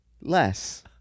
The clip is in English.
Less